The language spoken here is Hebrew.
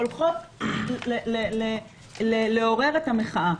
הולכות לעורר את המחאה.